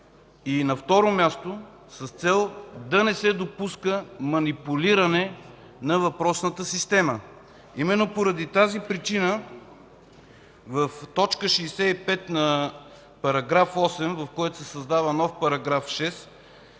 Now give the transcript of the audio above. и, на второ място, с цел да не се допуска манипулиране на въпросната система. Именно поради тази причина в т. 65 на § 8, в който се създава нов § 6,